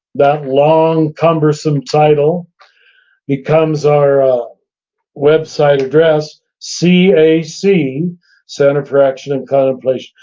that long cumbersome title becomes our website address, cac, center for action and contemplation,